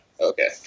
Okay